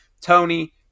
Tony